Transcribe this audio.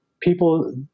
people